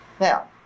Now